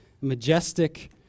majestic